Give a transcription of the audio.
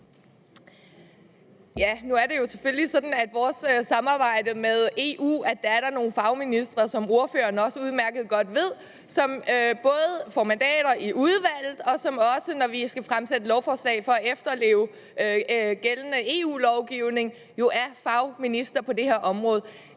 Nu er det jo sådan, at der i vores samarbejde med EU selvfølgelig er nogle fagministre, som ordføreren også udmærket godt ved der både får mandat i udvalget, og som også, når vi skal fremsætte lovforslag for at efterleve gældende EU-lovgivning, jo er fagministre på det her område.